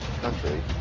country